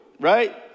right